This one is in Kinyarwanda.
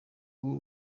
ubu